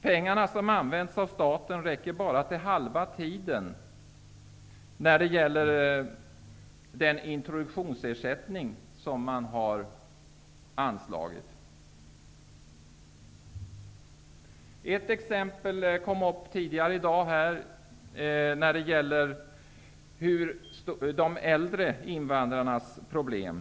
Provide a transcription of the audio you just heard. Pengarna som staten har anslagit till introduktionsersättning räcker bara till halva tiden. Tidigare i dag kom det upp ett exempel på de äldre invandrarnas problem.